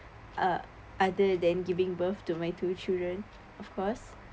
(uh)other than giving birth to my two children of course